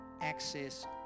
access